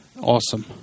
awesome